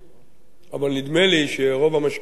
אבל נדמה לי שרוב המשקיפים יסכימו,